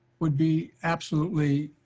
would be absolutely